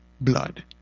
blood